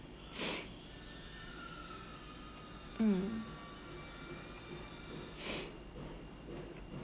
mm